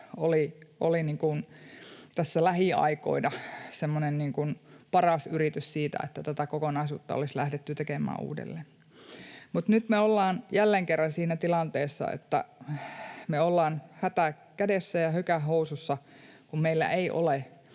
oli tässä lähiaikoina semmoinen paras yritys siitä, että tätä kokonaisuutta olisi lähdetty tekemään uudelleen. Mutta nyt me ollaan jälleen kerran siinä tilanteessa, että me ollaan hätä kädessä ja hökä housussa, kun meillä ei ole